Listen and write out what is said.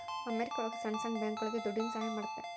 America ಒಳಗ ಸಣ್ಣ ಸಣ್ಣ ಬ್ಯಾಂಕ್ಗಳುಗೆ ದುಡ್ಡಿನ ಸಹಾಯ ಮಾಡುತ್ತೆ